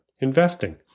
investing